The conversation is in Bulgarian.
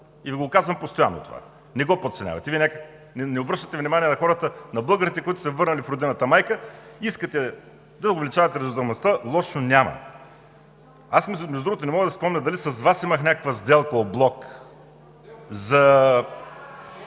Ви го казвам постоянно, не го подценявайте. Вие някак не обръщате внимание на хората, на българите, които са се върнали в Родината майка. Искате да увеличавате раждаемостта – лошо няма. Аз, между другото, не мога да си спомня дали с Вас имах някаква сделка, облог за…